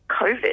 COVID